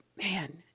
man